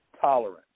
tolerance